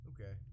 Okay